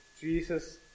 Jesus